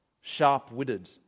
sharp-witted